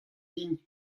din